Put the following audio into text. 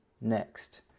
next